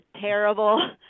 terrible